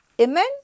Amen